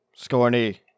Scorny